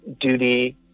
duty